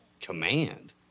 command